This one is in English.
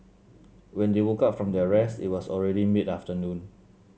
when they woke up from their rest it was already mid afternoon